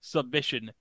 Submission